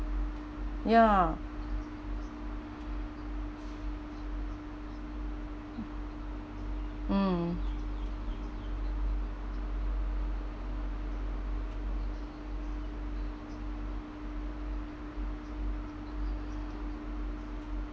ya mm